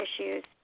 issues